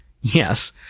Yes